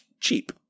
cheap